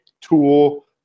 tool